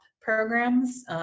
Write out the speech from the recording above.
programs